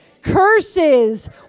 curses